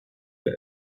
der